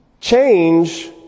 Change